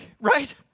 right